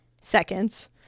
seconds